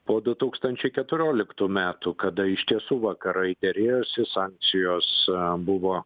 po du tūkstančiai keturioliktų metų kada iš tiesų vakarai derėjosi sankcijos buvo